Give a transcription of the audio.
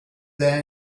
there